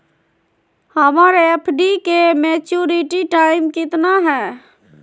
हमर एफ.डी के maturity time कितना है?